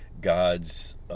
God's